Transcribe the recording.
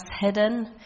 hidden